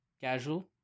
casual